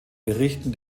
berichten